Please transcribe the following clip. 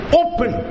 open